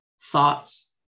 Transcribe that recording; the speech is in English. thoughts